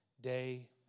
Day